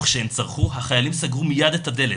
וכשהן צרחו, החיילים סגרו מייד את הדלת,